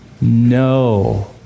no